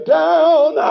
down